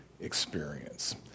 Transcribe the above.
experience